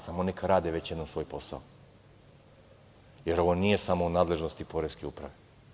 Samo neka rade već jednom svoj posao, jer ovo nije samo u nadležnosti poreske uprave.